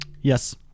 Yes